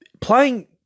playing